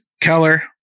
Keller